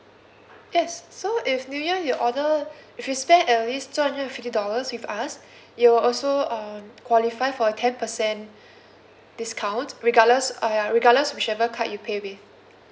yes so if new year you order if you spend at least two hundred and fifty dollars with us you will also uh qualify for a ten percent discount regardless ah ya regardless whichever card you pay with